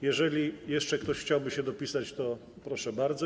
Jeżeli jeszcze ktoś chciałby się dopisać, to proszę bardzo.